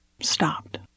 stopped